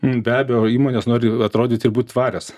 be abejo įmonės nori atrodyti ir būt tvarios